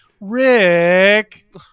Rick